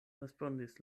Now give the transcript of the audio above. respondis